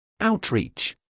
Outreach